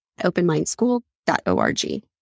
openmindschool.org